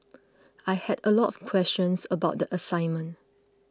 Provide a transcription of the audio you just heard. I had a lot questions about the assignment